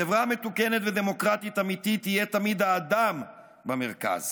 בחברה מתוקנת ודמוקרטית אמיתית יהיה תמיד האדם במרכז